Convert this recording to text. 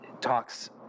talks